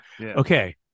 Okay